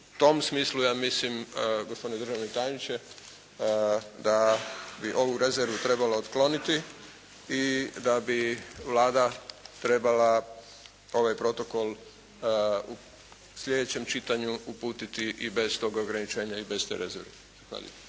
u tom smislu ja mislim gospodine državni tajniče da bi ovu rezervu trebalo otkloniti i da bi Vlada trebala ovaj protokol u sljedećem čitanju uputiti i bez tog ograničenja i bez te rezerve.